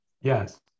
yes